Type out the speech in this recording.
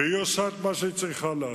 והיא עושה את מה שהיא צריכה לעשות.